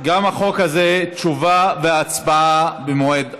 גם בחוק הזה תשובה והצבעה במועד אחר.